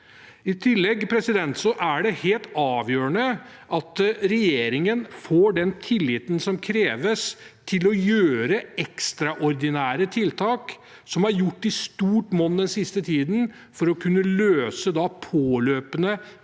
I tillegg er det helt avgjørende at regjeringen får den tilliten som kreves til å sette i verk ekstraordinære tiltak, som er gjort i stort monn den siste tiden, for å kunne løse påløpende